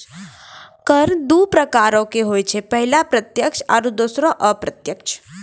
कर दु प्रकारो के होय छै, पहिला प्रत्यक्ष आरु दोसरो अप्रत्यक्ष